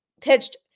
pitched